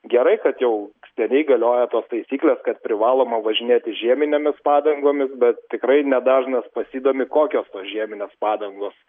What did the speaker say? gerai kad jau seniai galioja tos taisyklės kad privaloma važinėti žieminėmis padangomis bet tikrai nedažnas pasidomi kokios tos žieminės padangos